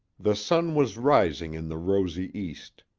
the sun was rising in the rosy east.